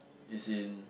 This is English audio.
is in